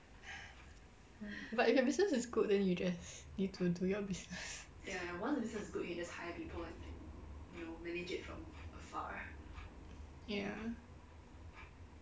but if your business is good then you just need to do your business ya